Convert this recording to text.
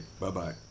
Bye-bye